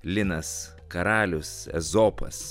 linas karalius ezopas